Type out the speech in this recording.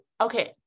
okay